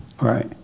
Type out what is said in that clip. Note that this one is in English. Right